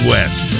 West